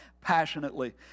passionately